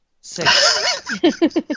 Six